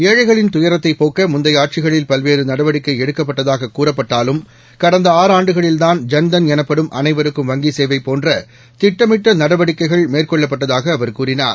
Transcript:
ஏழைகளின் துயரத்தைப் போக்க முந்தைய ஆட்சிகளில் பல்வேறு நடவடிக்கை எடுக்கப்பட்டதாக கூறப்பட்டாலும் கடந்த ஆறான்டுகளில் தான் ஜன்தன் எனப்படும் அனைவருக்கும் வங்கி சேவை போன்ற திட்டமிட்ட நடவடிக்கைகள் மேற்கொள்ளப்பட்டதாக அவர் கூறினார்